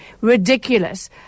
Ridiculous